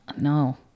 no